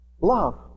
Love